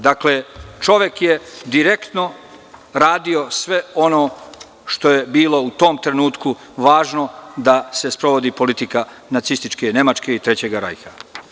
Dakle, čovek je direktno radio sve ono što je bilo u tom trenutku važno, da se sprovodi politika nacističke Nemačke i Trećeg rajha.